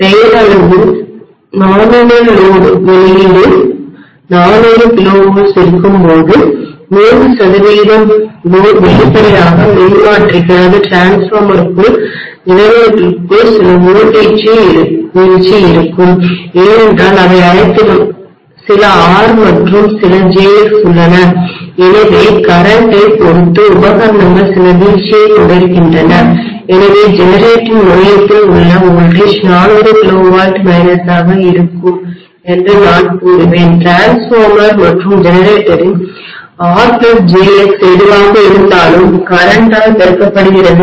பெயரளவு சுமையில் நாமினல் லோடில் வெளியீடு 400 kilovolts இருக்கும்போது 100 சதவிகிதம் லோடு வெளிப்படையாக மின்மாற்றிக்குள் டிரான்ஸ்ஃபார்மர்க்குள் ஜெனரேட்டருக்குள் சில உள் வீழ்ச்சி இருக்கும் ஏனென்றால் அவை அனைத்திலும் சில R மற்றும் சில jX உள்ளன எனவே கரண்ட்டை மின்னோட்டத்தைப் பொறுத்து உபகரணங்கள் சில வீழ்ச்சியைக் கொண்டிருக்கின்றன எனவே ஜெனரேட்டரின் முனையத்தில் உள்ள மின்னழுத்தம் வோல்டேஜ் 400 kV மைனஸாக இருக்கும் என்று நான் கூறுவேன் மின்மாற்றிடிரான்ஸ்ஃபார்மர் மற்றும் ஜெனரேட்டரின் R jX எதுவாக இருந்தாலும் மின்னோட்டத்தால்கரண்டால் பெருக்கப்படுகிறது